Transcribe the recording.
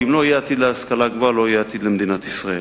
ואם לא יהיה עתיד להשכלה הגבוהה לא יהיה עתיד למדינת ישראל.